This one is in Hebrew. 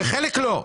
וחלק לא.